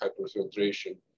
hyperfiltration